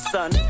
Son